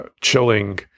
chilling